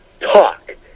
talk